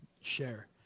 share